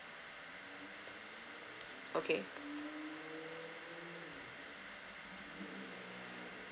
okay